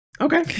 Okay